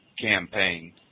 campaign